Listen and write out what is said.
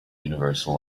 universal